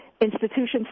institutions